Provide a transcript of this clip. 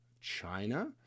China